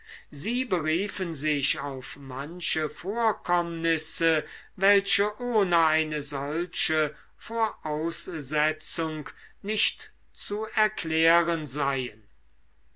sie beriefen sich auf manche vorkommnisse welche ohne eine solche voraussetzung nicht zu erklären seien